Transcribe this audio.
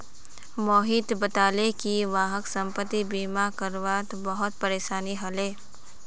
मोहित बताले कि वहाक संपति बीमा करवा त बहुत परेशानी ह ले